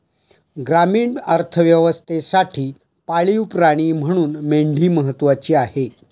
ग्रामीण अर्थव्यवस्थेसाठी पाळीव प्राणी म्हणून मेंढी महत्त्वाची आहे